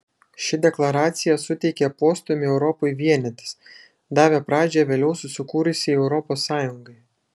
ši deklaracija suteikė postūmį europai vienytis davė pradžią vėliau susikūrusiai europos sąjungai